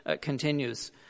continues